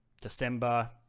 December